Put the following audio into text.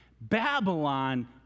Babylon